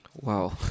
Wow